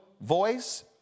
voice